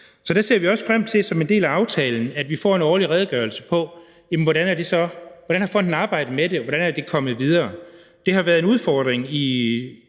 Så der ser vi også som en del af aftalen frem til, at vi får en årlig redegørelse for, hvordan fonden har arbejdet med det, og hvordan de er kommet videre. Det har været en udfordring i